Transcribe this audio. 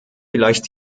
vielleicht